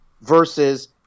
versus